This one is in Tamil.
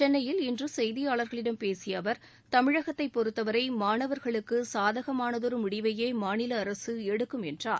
சென்னையில் இன்று செய்தியாளர்களிடம் பேசிய அவர் தமிழகத்தை பொறுத்தவரை மாணவர்களுக்கு சாதகமானதொரு முடிவையே மாநில அரசு எடுக்கும் என்றார்